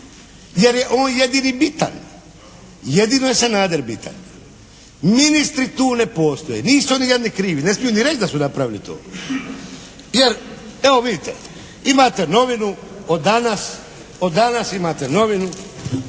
Jer je on jedini bitan. Jedino je Sanader bitan. Ministri tu ne postoje. Nisu oni jadni krivi. Ne smiju ni reći da su napravili to. Jer, evo vidite. Imate novinu od danas, od danas imate novinu,